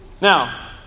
Now